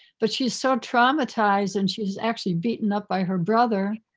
but she's so traumatized and she's actually beaten up by her brother.